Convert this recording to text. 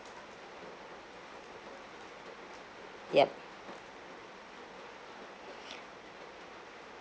yup